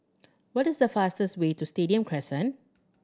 what is the fastest way to Stadium Crescent